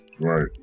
Right